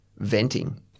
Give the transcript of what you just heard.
venting